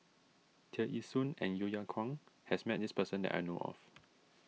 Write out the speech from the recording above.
Tear Ee Soon and Yeo Yeow Kwang has met this person that I know of